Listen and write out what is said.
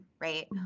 right